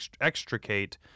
extricate